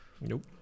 nope